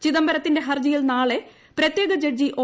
ചിദംബരത്തിന്റെ ഹർജ്ജിയിൽ നാളെ പ്രത്യേക ജഡ്ജി ഒ